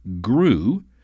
grew